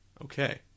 Okay